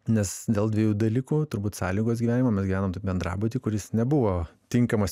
nes dėl dviejų dalykų turbūt sąlygos gyvenimo mes gyvenom bendrabuty kuris nebuvo tinkamas